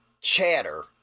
chatter